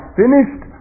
finished